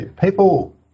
people